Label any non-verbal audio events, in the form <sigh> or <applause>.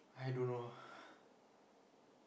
I don't know ah <breath>